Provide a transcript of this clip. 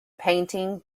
painting